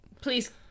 Please